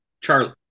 Charlie